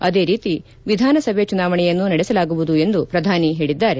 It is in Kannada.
ಅದೇ ರೀತಿ ವಿಧಾನಸಭೆ ಚುನಾವಣೆಯನ್ನೂ ನಡೆಸಲಾಗುವುದು ಎಂದು ಪ್ರಧಾನಿ ಹೇಳಿದ್ದಾರೆ